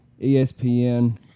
ESPN